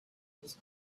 was